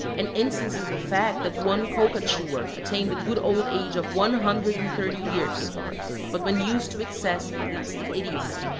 and instances the fact that one coca-chewer attained the good old age of one hundred and thirty years but when used to excess it leads to idiocy.